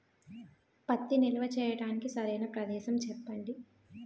పత్తి నిల్వ చేయటానికి సరైన ప్రదేశం చెప్పండి?